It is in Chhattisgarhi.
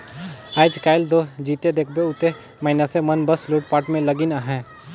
आएज काएल दो जिते देखबे उते मइनसे मन बस लूटपाट में लगिन अहे